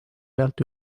pealt